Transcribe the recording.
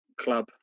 club